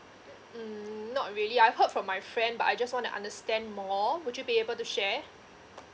mm not really I heard from my friend but I just want to understand more would you be able to share